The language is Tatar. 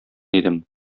идем